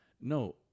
No